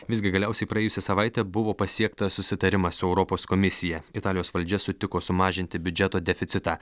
visgi galiausiai praėjusią savaitę buvo pasiektas susitarimas su europos komisija italijos valdžia sutiko sumažinti biudžeto deficitą